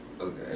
Okay